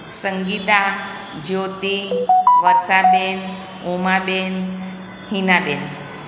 Sangeeta Jyoti Varshaben Umaben Hinaben